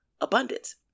Abundance